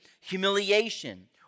humiliation